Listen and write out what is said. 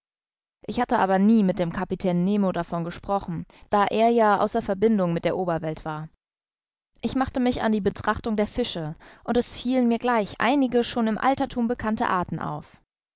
ich hatte aber nie mit dem kapitän nemo davon gesprochen da er ja außer verbindung mit der oberwelt war ich machte mich an die betrachtung der fische und es fielen mir gleich einige schon im alterthum bekannte arten auf